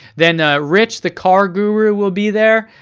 then rich the car guru will be there,